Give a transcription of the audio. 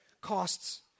costs